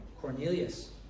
Cornelius